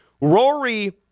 Rory